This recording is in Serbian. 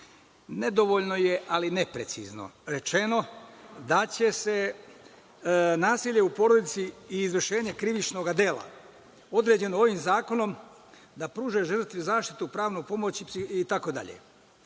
nedovoljno je, ali neprecizno rečeno da će se nasilje u porodici i izvršenje krivičnog dela, određeno ovim zakonom, da pruže žrtvi zaštitu, pravnu pomoć, itd. Preciznije